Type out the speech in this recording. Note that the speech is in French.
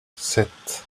sept